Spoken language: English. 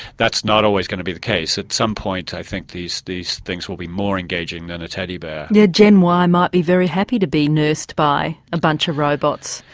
that's not always going to be the case. at some point i think these these things will be more engaging than a teddy bear. the yeah gen y might be very happy to be nursed by a bunch of robots.